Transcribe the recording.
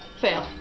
Fail